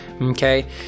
Okay